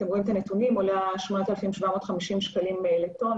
אתם רואים את הנתונים עולה 8,750 שקלים לטון,